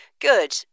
good